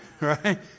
Right